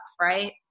right